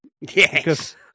Yes